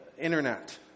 Internet